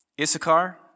Issachar